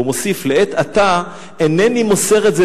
והוא מוסיף: "לעת עתה אינני מוסר את זה